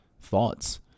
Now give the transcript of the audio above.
thoughts